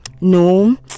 no